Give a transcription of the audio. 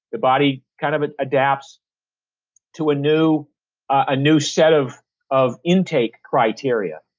the body kind of ah adapts to a new ah new set of of intake criteria,